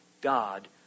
God